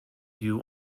you